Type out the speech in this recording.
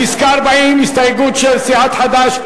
מס' 40, הסתייגות של סיעת חד"ש.